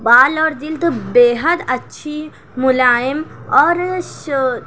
بال اور جلد بےحد اچھی ملائم اور